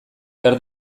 behar